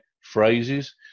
phrases